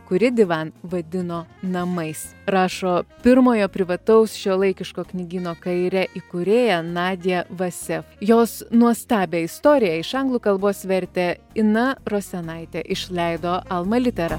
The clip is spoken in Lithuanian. kuri divan vadino namais rašo pirmojo privataus šiuolaikiško knygyno kaire įkūrėja nadja vase jos nuostabią istoriją iš anglų kalbos vertė ina rosenaitė išleido alma litera